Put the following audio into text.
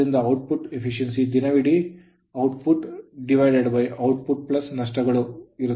ಆದ್ದರಿಂದ ಔಟ್ಪುಟ್ ದಕ್ಷತೆದಿನವಿಡೀ output output ನಷ್ಟಗಳು ಇರುತ್ತದೆ